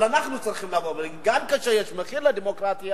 אבל אנחנו צריכים לבוא ולהגיד שגם כאשר יש מחיר לדמוקרטיה,